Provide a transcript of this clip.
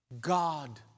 God